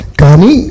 kani